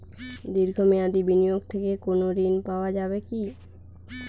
দীর্ঘ মেয়াদি বিনিয়োগ থেকে কোনো ঋন পাওয়া যাবে কী?